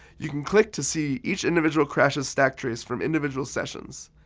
you can click to see each individual crash's stack trace from individual sessions.